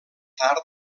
tard